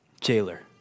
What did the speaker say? jailer